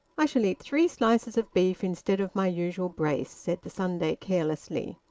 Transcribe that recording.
i shall eat three slices of beef instead of my usual brace, said the sunday carelessly.